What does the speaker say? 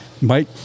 Mike